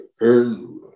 earn